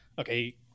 okay